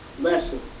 lesson